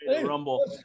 rumble